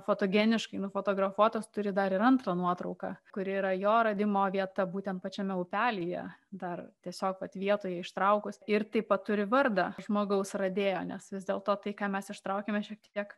fotogeniškai nufotografuotas turi dar ir antrą nuotrauką kuri yra jo radimo vieta būtent pačiame upelyje dar tiesiog kad vietoje ištraukus ir taip pat turi vardą žmogaus radėjo nes vis dėlto tai ką mes ištraukiame šiek tiek